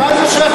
מה זה משנה?